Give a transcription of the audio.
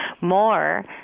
more